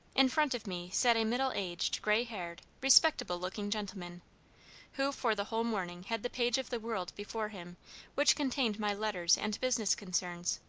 in front of me sat a middle-aged, gray-haired, respectable-looking gentleman, who, for the whole morning, had the page of the world before him which contained my letters and business concerns.